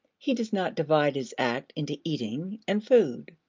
he does not divide his act into eating and food.